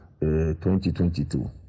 2022